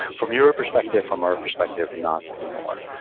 from your perspective, from our perspective, not anymore.